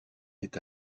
est